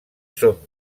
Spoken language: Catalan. són